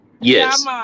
Yes